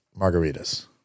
margaritas